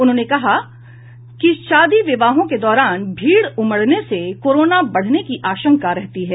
उन्होंने कहा कि शादी विवाहों के दौरान भीड़ उमड़ने से कोरोना बढ़ने की आशंका रहती है